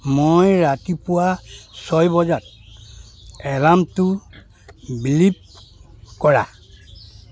মই ৰাতিপুৱা ছয় বজাত এলাৰ্মটো বিলোপ কৰা